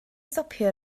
stopio